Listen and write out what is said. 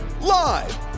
Live